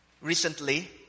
recently